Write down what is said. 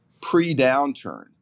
pre-downturn